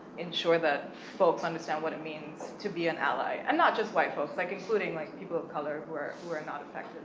ensure that folks understand what it means to be an ally, and not just white folks, like including, like, people of color who are who are not affected